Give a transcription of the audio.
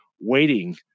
waiting